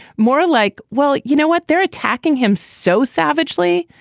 more like. well you know what they're attacking him so savagely.